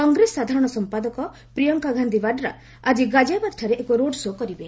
କଂଗ୍ରେସ ସାଧାରଣ ସମ୍ପାଦକ ପ୍ରିୟଙ୍କା ଗାନ୍ଧୀ ବାଡ୍ରା ଆଜି ଗାଜିଆବାଦଠାରେ ଏକ ରୋଡ଼ ଶୋ କରିବେ